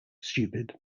stupid